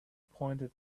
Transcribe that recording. pointed